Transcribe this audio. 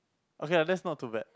okay lah that's not too bad